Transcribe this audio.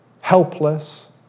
helpless